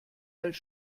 als